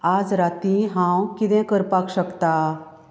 आज राती हांव कितें करपाक शकता